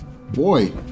boy